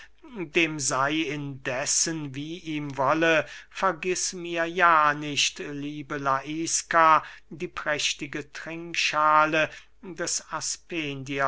dem sey indessen wie ihm wolle vergiß mir ja nicht liebe laiska die prächtige trinkschale des